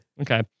Okay